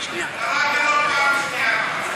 קראת לו פעם שנייה כבר.